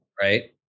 right